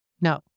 No